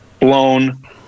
blown